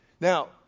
Now